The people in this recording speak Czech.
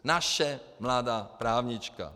Naše mladá právnička!